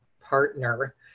partner